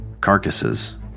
carcasses